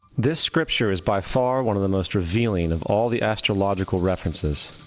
this scripture is by far one of the most revealing of all the astrological references.